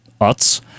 Utz